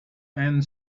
and